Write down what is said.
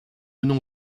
nom